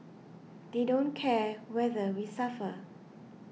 they don't care whether we suffer